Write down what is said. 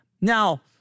Now